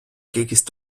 кількість